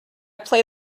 play